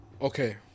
Okay